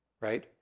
right